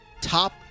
top